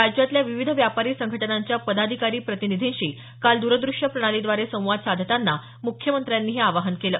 राज्यातल्या विविध व्यापारी संघटनाच्या पदाधिकारी प्रतिनिधींशी काल द्रद्रश्य प्रणालीद्वारे संवाद साधताना मुख्यमंत्र्यांनी हे आवाहन केलं